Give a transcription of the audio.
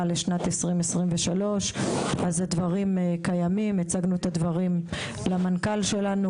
לשנת 2023. הדברים קיימים; הצגנו את הדברים למנכ"ל שלנו,